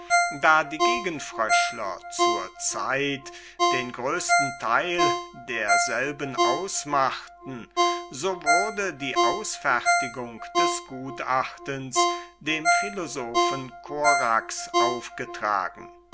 da die gegenfröschler zur zeit den größten teil derselben ausmachten so wurde die ausfertigung des gutachtens dem philosophen korax aufgetragen